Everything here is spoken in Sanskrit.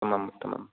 आमाम् उत्तमं